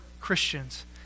Christians